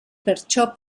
perciò